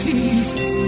Jesus